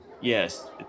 Yes